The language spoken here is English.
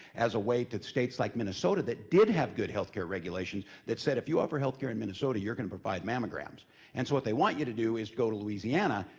as a way for states like minnesota that did have good healthcare regulations that said, if you offer healthcare in minnesota you're gonna provide mammograms. and so what they want you to do is go to louisiana,